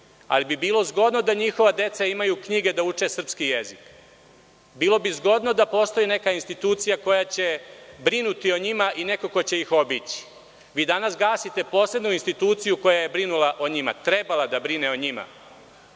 ali bi bilo zgodno da njihova deca imaju knjige, da uče srpski jezik. Bilo bi zgodno da postoji neka institucija koja će brinuti o njima i neko ko će ih obići. Vi danas gasite posebnu instituciju koja je trebala da brine o